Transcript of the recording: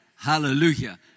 Hallelujah